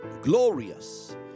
glorious